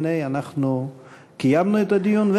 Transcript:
והנה אנחנו קיימנו את הדיון,